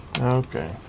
Okay